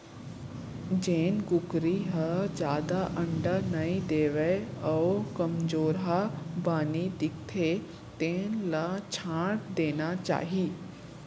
जेन कुकरी ह जादा अंडा नइ देवय अउ कमजोरहा बानी दिखथे तेन ल छांट देना चाही